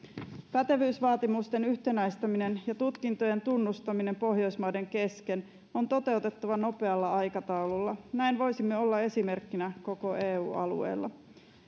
pätevyysvaatimusten yhtenäistäminen ja tutkintojen tunnustaminen pohjoismaiden kesken on toteutettava nopealla aikataululla näin voisimme olla esimerkkinä koko eu alueella